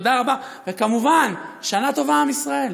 תודה רבה, וכמובן, שנה טובה, עם ישראל.